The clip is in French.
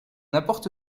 apporte